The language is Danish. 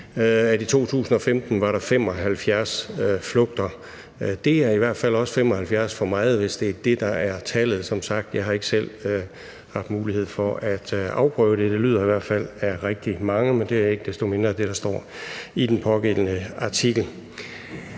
i 2015 var der 75 flugter. Det er i hvert fald også 75 for meget – hvis det er det, der er tallet; jeg har som sagt ikke selv haft mulighed for at afprøve det. Det lyder i hvert fald af rigtig mange, men det er ikke desto mindre det, der står i den pågældende artikel.